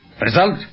Result